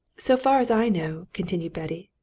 so far as i know, continued betty,